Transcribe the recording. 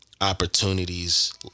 Opportunities